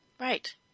Right